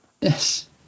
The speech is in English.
Yes